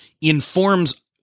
informs